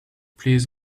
please